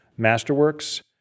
Masterworks